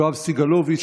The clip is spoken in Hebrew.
יואב סגלוביץ',